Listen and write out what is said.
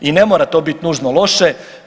I ne mora to bit nužno loše.